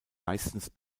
meistens